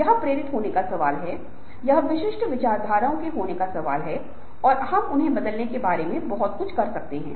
वे neurotransmitter नामक मस्तिष्क रसायनों के माध्यम से एक दूसरे के साथ संवाद करते हैं